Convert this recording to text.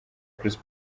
chris